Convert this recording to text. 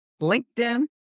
LinkedIn